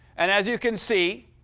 and as you can see,